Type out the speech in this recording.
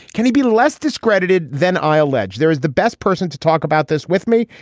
can he be less discredited than i allege? there is the best person to talk about this with me.